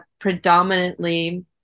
predominantly